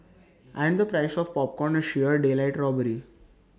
and the price of popcorn is sheer daylight robbery